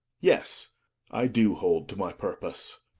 yes i do hold to my purpose.